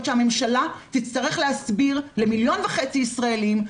שהממשלה תצטרך להסביר למיליון וחצי ישראלים,